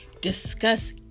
Discuss